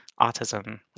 autism